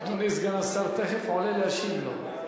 אדוני סגן השר תיכף עולה להשיב לו.